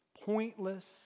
pointless